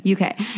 UK